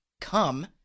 come